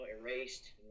erased